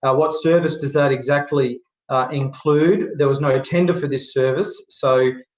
what service does that exactly include? there was no tender for this service, so